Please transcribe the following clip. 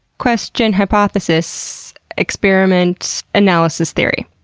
questions hypothesis experiment, analysis, theory.